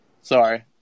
Sorry